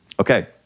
Okay